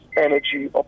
energy